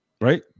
Right